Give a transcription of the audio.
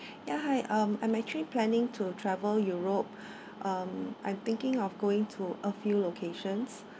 ya hi um I'm actually planning to travel europe um I'm thinking of going to a few locations